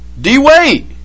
D-Wade